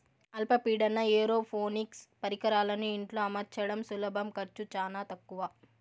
అల్ప పీడన ఏరోపోనిక్స్ పరికరాలను ఇంట్లో అమర్చడం సులభం ఖర్చు చానా తక్కవ